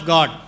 God